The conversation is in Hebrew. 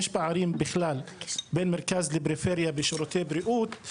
יש פערים בכלל בין מרכז לפריפריה בשירותי בריאות,